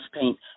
paint